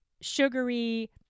sugary